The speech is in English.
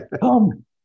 come